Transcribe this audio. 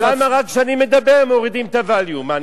אבל למה רק כשאני מדבר מורידים את הווליום?